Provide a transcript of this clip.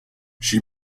she